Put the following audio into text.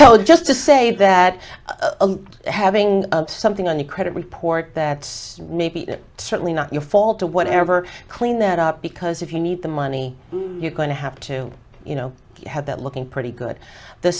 so just to say that having something on the credit report that maybe certainly not your fault or whatever clean that up because if you need the money you're going to have to you know have that looking pretty good the